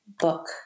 book